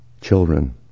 Children